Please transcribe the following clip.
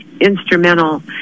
instrumental